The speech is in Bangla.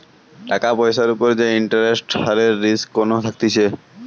টাকার পয়সার উপর যে ইন্টারেস্ট হারের রিস্ক কোনো থাকতিছে